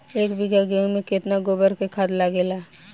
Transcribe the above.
एक बीगहा गेहूं में केतना गोबर के खाद लागेला?